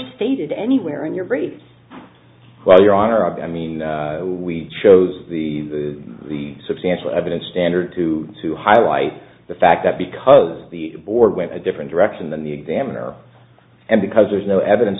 stated anywhere in your great well your honor i mean we chose the the substantial evidence standard to to highlight the fact that because the board went a different direction than the examiner and because there's no evidence